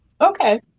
okay